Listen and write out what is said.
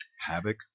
havoc